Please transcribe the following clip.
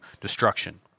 destruction